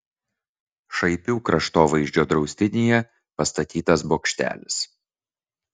šaipių kraštovaizdžio draustinyje pastatytas bokštelis